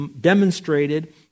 demonstrated